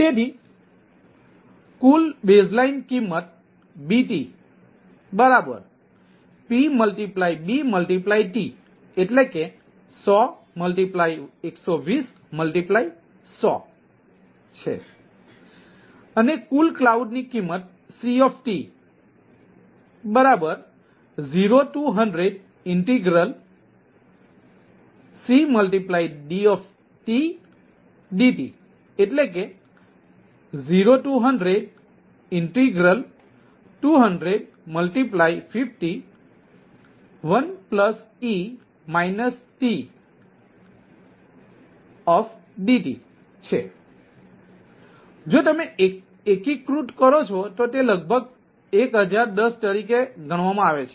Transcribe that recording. તેથી કુલ બેઝલાઇન કિંમત BTPBT100120100છે અને કુલ કલાઉડની કિંમત CT0100CD dt0100200501e tdtછે તેથી જો તમે એકીકૃત કરો છો તો તે લગભગ 1010 તરીકે ગણવામાં આવે છે